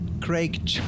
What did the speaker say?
Craig